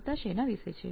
વાર્તા શેના વિશે છે